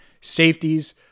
safeties